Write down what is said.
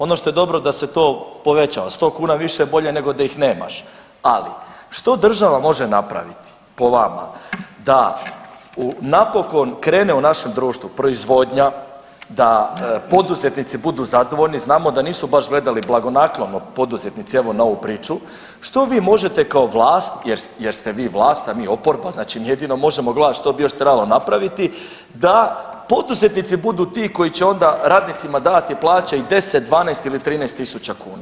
Ono što je dobro da se to povećalo, 100 kuna više bolje nego da ih nemaš, ali što država može napraviti po vama da napokon krene u našem društvu proizvodnja, da poduzetnici budu zadovoljni, znamo da nisu baš gledali blagonaklono poduzetnici evo na ovu priču, što vi možete kao vlast jer ste vi vlast, a mi oporba, znači mi jedino možemo gledat što bi još trebalo napraviti, da poduzetnici budu ti koji će onda radnicima davati plaće i 10, 12 ili 13.000 kuna?